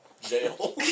Jail